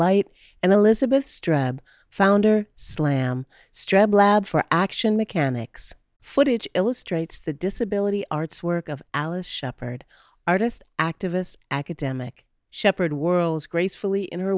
light and elizabeth streb founder slam streb lab for action mechanics footage illustrates the disability arts work of alice shepherd artist activist academic shepherd whirls gracefully in